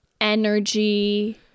energy